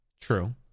true